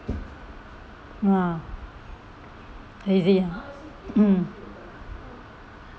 ah easy mm